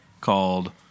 called